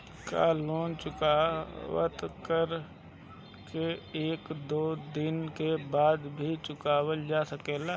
का लोन चुकता कर के एक दो दिन बाद भी चुकावल जा सकेला?